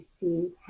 see